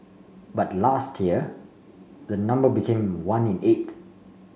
but last year the number became one in eight